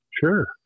Sure